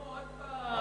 נו, עוד פעם.